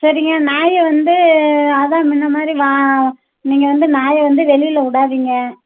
சரிங்க நாயை வந்து அதுதான் முன்ன மாதிரி வா நீங்கள் வந்து நாயை வந்து வெளியில் விடாதீங்க